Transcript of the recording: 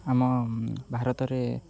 ଆମ ଭାରତରେ